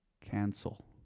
Cancel